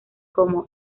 como